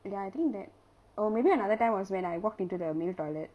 ya I think that or maybe another time was when I walked into the male toilet